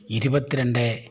ഇരുപത്തി രണ്ട്